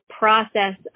process